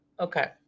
Okay